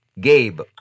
Gabe